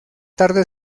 tarde